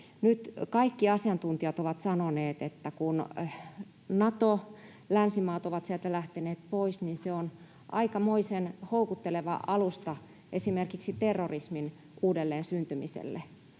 kaikki asiantuntijat ovat sanoneet, että kun Nato, länsimaat, ovat sieltä lähteneet pois, niin se on aikamoisen houkutteleva alusta esimerkiksi terrorismin uudelleen syntymiselle.